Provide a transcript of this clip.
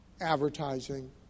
advertising